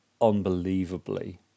unbelievably